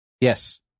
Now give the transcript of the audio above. Yes